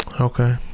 Okay